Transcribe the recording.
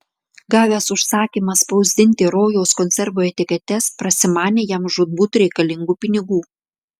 gavęs užsakymą spausdinti rojaus konservų etiketes prasimanė jam žūtbūt reikalingų pinigų